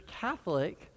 Catholic